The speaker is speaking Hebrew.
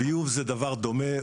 ביוב הוא דבר דומה.